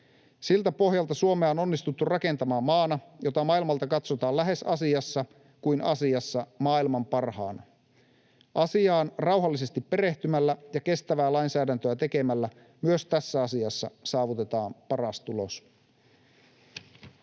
Siltä pohjalta Suomea on onnistuttu rakentamaan maana, jota maailmalta katsotaan lähes asiassa kuin asiassa maailman parhaana. Asiaan rauhallisesti perehtymällä ja kestävää lainsäädäntöä tekemällä myös tässä asiassa saavutetaan paras tulos.